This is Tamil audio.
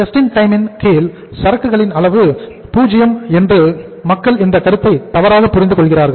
JIT இன் கீழ் சரக்குகளின் அளவு 0 என்று மக்கள் இந்த கருத்தை தவறாக புரிந்து கொள்கிறார்கள்